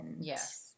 yes